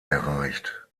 erreicht